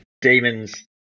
Demons